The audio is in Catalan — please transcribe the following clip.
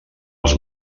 els